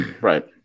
Right